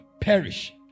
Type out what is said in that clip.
perish